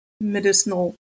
medicinal